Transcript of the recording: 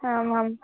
आम् आम्